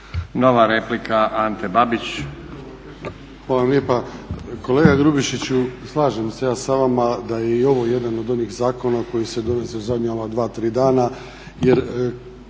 **Babić, Ante (HDZ)** Hvala lijepa. Kolega Grubišiću slažem se ja sa vama da je ovo jedan od onih zakona koji se donose u zadnja ova dva, tri dana